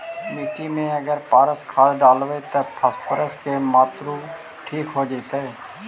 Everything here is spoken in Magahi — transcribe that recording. मिट्टी में अगर पारस खाद डालबै त फास्फोरस के माऋआ ठिक हो जितै न?